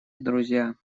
друзья